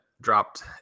dropped